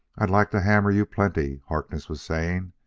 i'd like to hammer you plenty, harkness was saying,